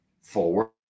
forward